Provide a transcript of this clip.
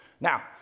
Now